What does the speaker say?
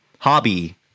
Hobby